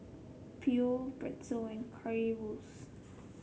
Pho Pretzel and Currywurst